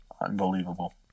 Unbelievable